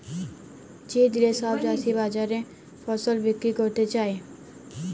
যে দিলে সব চাষী গুলা বাজারে ফসল বিক্রি ক্যরতে যায়